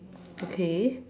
okay